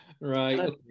Right